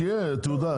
שתהיה תעודה,